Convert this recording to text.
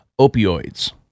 opioids